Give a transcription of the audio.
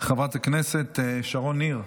חברת הכנסת שרון ניר,